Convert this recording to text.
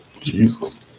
Jesus